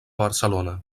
barcelona